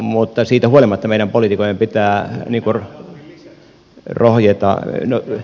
mutta siitä huolimatta meidän poliitikkojen pitää rohjeta